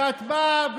ואת באה,